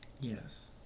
Yes